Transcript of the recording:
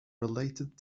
related